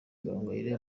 gahongayire